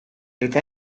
eta